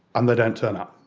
and they don't turn up.